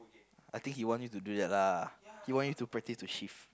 I think he want you to do that lah he want you to practice to shift